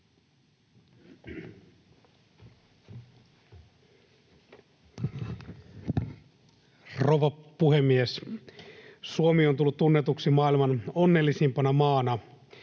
Rouva puhemies! Suomi on tullut tunnetuksi maailman onnellisimpana maana,